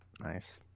nice